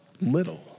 little